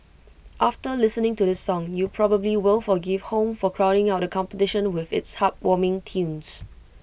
after listening to this song you probably will forgive home for crowding out competition with its heartwarming tunes